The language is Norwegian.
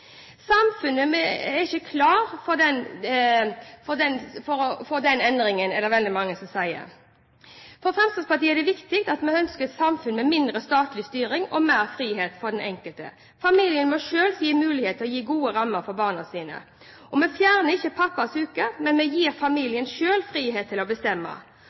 Samfunnet er ikke klar for den endringen, er det veldig mange som sier. Fremskrittspartiet ønsker et samfunn med mindre statlig styring og mer frihet for den enkelte. Familien må selv gis mulighet til å gi gode rammer for barna sine. Vi fjerner ikke pappas uke, men vi gir familien selv frihet til å bestemme.